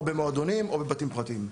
או במועדונים או בבתים פרטיים.